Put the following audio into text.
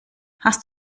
hast